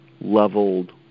leveled